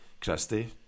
Christie